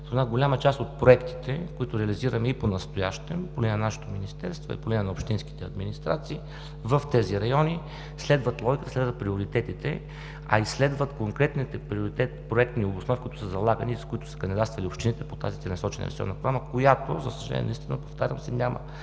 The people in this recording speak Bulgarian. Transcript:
в една голяма част от проектите, които реализираме и понастоящем, по линия на нашето Министерство и по линия на общинските администрации в тези райони, следват логиката, следват приоритетите, а и следват конкретните проектни обосновки, които са залагани и с които са кандидатствали общините по тази целенасочена инвестиционна програма, която, за съжаление, наистина, повтарям, все още няма